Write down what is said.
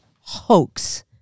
hoax